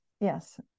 Yes